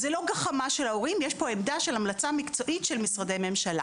זו לא גחמה של ההורים אלא יש כאן עמדה של המלצה מקצועית של משרדי ממשלה.